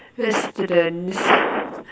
we're students